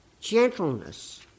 gentleness